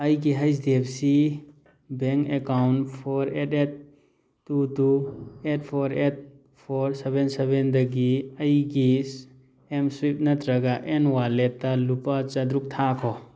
ꯑꯩꯒꯤ H D F C bank account four eight eight two two eight four eight four seven ꯁꯦꯕꯦꯟꯗꯒꯤ ꯑꯩꯒꯤ M swipe ꯅꯠꯇ꯭ꯔꯒ ꯑꯦꯟ ꯋꯥꯂꯦꯠꯇ ꯂꯨꯄꯥ ꯆꯥꯇꯔꯨꯛ ꯊꯥꯈꯣ